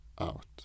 out